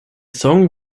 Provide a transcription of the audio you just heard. song